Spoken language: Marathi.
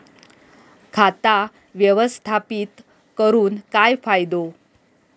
खाता व्यवस्थापित करून काय फायदो?